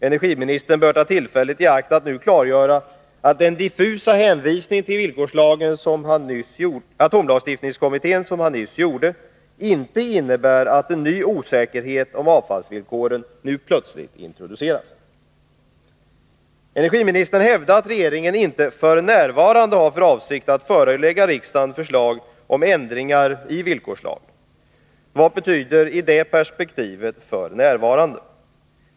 Energiministern bör ta tillfället i akt att nu klargöra att den diffusa hänvisningen till atomlagstiftningskommittén som han nyss gjorde inte innebär att en ny osäkerhet om avfallsvillkoren nu plötsligt introduceras. Energiministern hävdar att regeringen inte ”f.n.” har för avsikt att förelägga riksdagen förslag om ändringar i villkorslagen. Vad betyder i det sammanhanget ”f. n.”?